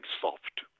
soft